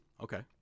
Okay